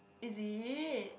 is it